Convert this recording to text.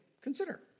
consider